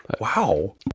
Wow